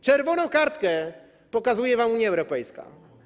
Czerwoną kartkę pokazuje wam Unia Europejska.